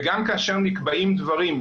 וגם כאשר נקבעים דברים,